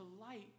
light